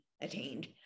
attained